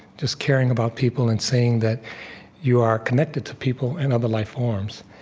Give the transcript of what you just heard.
just caring about people and saying that you are connected to people and other life forms,